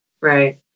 Right